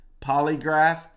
polygraph